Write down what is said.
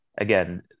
again